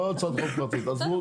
לא הצעת חוק פרטית,